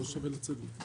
(הישיבה נפסקה בשעה 15:19 ונתחדשה בשעה 15:26.)